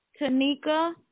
Tanika